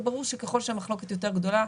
וברור שככל שהמחלוקת יותר גדולה,